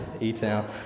E-town